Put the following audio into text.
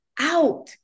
out